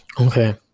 Okay